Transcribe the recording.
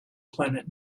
planet